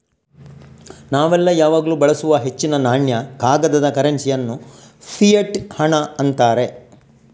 ನಾವೆಲ್ಲ ಯಾವಾಗ್ಲೂ ಬಳಸುವ ಹೆಚ್ಚಿನ ನಾಣ್ಯ, ಕಾಗದದ ಕರೆನ್ಸಿ ಅನ್ನು ಫಿಯಟ್ ಹಣ ಅಂತಾರೆ